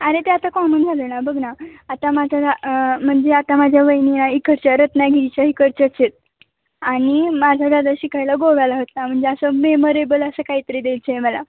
अरे ते आता कॉमन झालं ना बघ ना आता माझा दा म्हणजे आता माझ्या वहिनी या इकडच्या रत्नागिरीच्या इकडच्याच आहेत आणि माझा दादा शिकायला गोव्याला होता म्हणजे असं मेमरेबल असं काहीतरी द्यायचं आहे मला